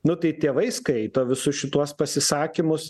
nu tai tėvai skaito visus šituos pasisakymus